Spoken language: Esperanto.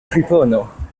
fripono